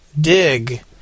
Dig